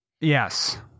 Yes